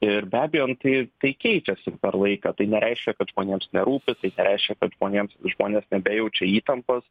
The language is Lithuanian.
ir be abejo nu tai tai keičiasi per laiką tai nereiškia kad žmonėms nerūpi tai nereiškia kad žmonėms žmonės nebejaučia įtampos